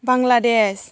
Bangladesh